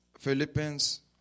Philippians